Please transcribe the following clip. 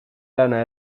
lana